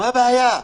מה הבעיה?